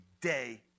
day